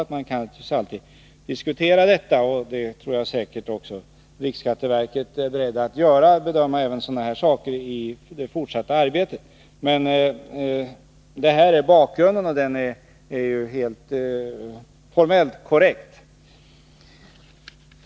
Man kan naturligtvis alltid diskutera detta, och jag tror säkert också att riksskatteverket är beredd att ta upp även den frågan till bedömning i det fortsatta arbetet. Detta är bakgrunden, och den är formellt helt korrekt.